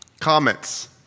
comments